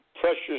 precious